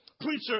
preacher